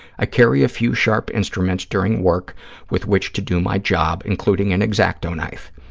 i carry a few sharp instruments during work with which to do my job, including an x-acto knife.